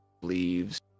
leaves